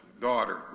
daughter